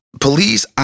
police